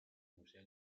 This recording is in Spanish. museo